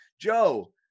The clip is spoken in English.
Joe